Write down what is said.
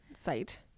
site